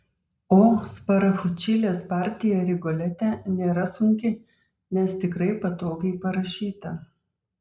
o sparafučilės partija rigolete nėra sunki nes tikrai patogiai parašyta